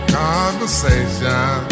conversation